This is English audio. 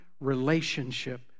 relationship